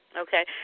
okay